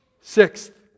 Sixth